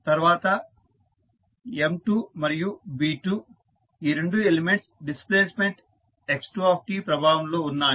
తర్వాత M1 మరియు B1 ఈ రెండు ఎలిమెంట్స్ డిస్ప్లేస్మెంట్ x1 ప్రభావంలో ఉన్నాయి